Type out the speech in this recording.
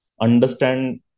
understand